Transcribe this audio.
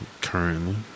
Currently